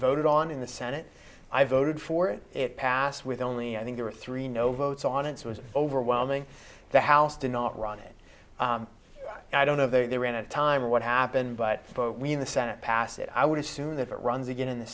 voted on in the senate i voted for it it passed with only i think there are three no votes on it was overwhelming the house did not run it and i don't know if they're in a time or what happened but we in the senate pass it i would assume that it runs again in the